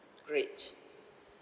great